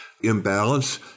imbalance